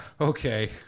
okay